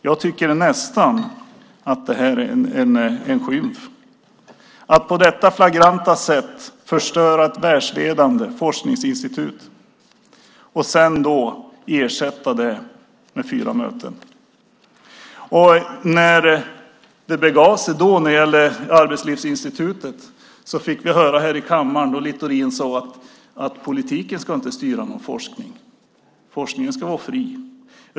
Jag tycker nästan att det är en skymf att på detta flagranta sätt förstöra ett världsledande forskningsinstitut och sedan ersätta det med fyra möten. Då, när det begav sig när det gäller Arbetslivsinstitutet, fick vi höra Littorin säga här i kammaren att politiken inte ska styra någon forskning. Forskningen ska vara fri.